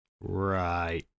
Right